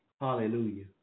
Hallelujah